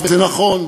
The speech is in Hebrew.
וזה נכון.